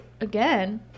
again